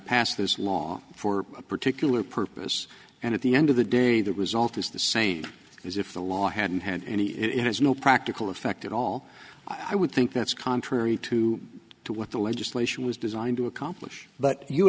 passed this law for a particular purpose and at the end of the day the result is the same as if the law hadn't had any it has no practical effect at all i would think that's contrary to what the legislation was designed to accomplish but you